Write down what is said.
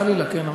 חלילה, כן?